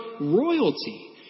royalty